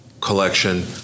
collection